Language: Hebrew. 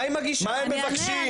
מה מבקשים?